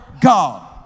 God